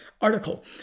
article